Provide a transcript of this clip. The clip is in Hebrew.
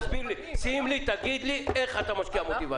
תסביר לי, תגיד לי, איך אתה משקיע מוטיבציה.